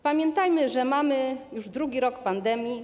Pamiętajmy, że mamy już drugi rok pandemii.